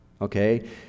okay